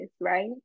right